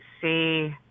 see